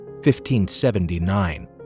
1579